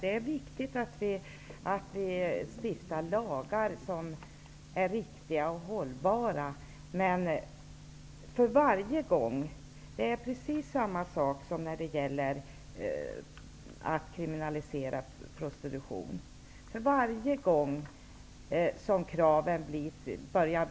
Det är viktigt att vi stiftar riktiga och hållbara lagar, men varje gång kraven börjar bli tillräckligt starka tillsätter man en ny utredning och förhalar ärendet ytterligare.